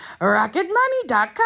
Rocketmoney.com